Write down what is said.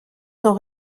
sont